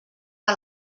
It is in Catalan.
que